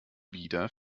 wieder